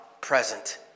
present